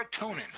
serotonin